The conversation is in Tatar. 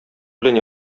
белән